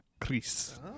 Chris